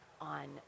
on